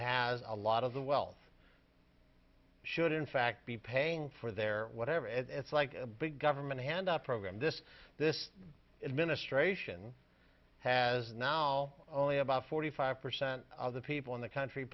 has a lot of the wealth should in fact be paying for their whatever it is it's like a big government handout program this this administration has now only about forty five percent of the people in the country